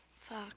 fuck